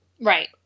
right